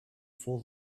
for